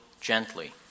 gently